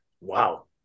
Wow